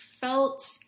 felt